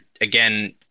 again